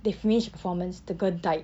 they finished performance the girl died